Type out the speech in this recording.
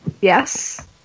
Yes